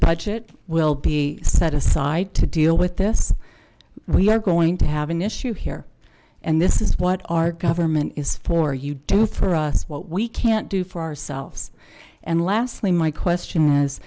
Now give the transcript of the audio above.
budget will be set aside to deal with this we are going to have an issue here and this is what our government is for you do for us what we can't do for ourselves and lastly my question is